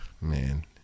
man